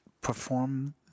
Perform